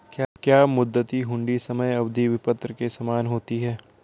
क्या मुद्दती हुंडी समय अवधि विपत्र के समान होती है?